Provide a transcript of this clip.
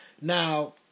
Now